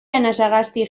anasagasti